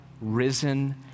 risen